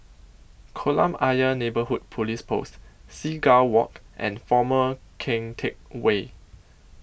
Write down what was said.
Kolam Ayer Neighbourhood Police Post Seagull Walk and Former Keng Teck Whay